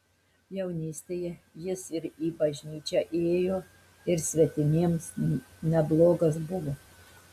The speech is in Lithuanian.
jaunystėje jis ir į bažnyčią ėjo ir svetimiems neblogas buvo